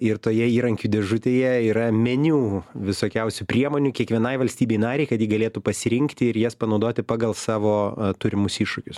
ir toje įrankių dėžutėje yra meniu visokiausių priemonių kiekvienai valstybei narei kad ji galėtų pasirinkti ir jas panaudoti pagal savo turimus iššūkius